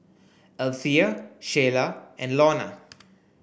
Althea Sheyla and Launa